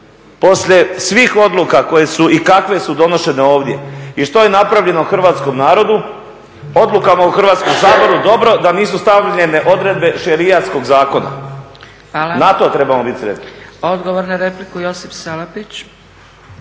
Poslije svih odluka koje su i kakve su donošene ovdje i što je napravljeno hrvatskom narodu odlukama u Hrvatskom saboru dobro da nisu stavljene odredbe šerijatskog zakona, na to trebamo biti sretni. **Zgrebec, Dragica